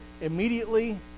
immediately